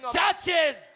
Churches